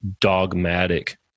dogmatic